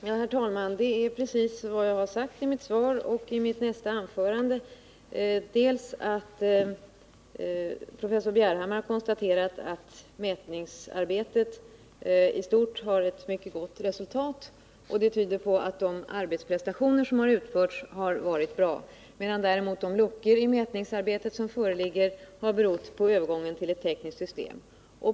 Herr talman! Det är precis vad jag har sagt i mitt svar och i mitt förra anförande: Professor Bjerhammar har konstaterat att mätningsarbetet i stort har givit ett mycket gott resultat, och det tyder på att de arbetsprestationer som har utförts har varit bra, medan däremot de luckor i mätningsarbetet som föreligger har berott på övergången till ett nytt tekniskt system.